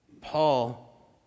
Paul